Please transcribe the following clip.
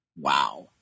wow